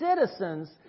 citizens